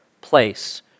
place